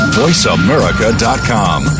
voiceamerica.com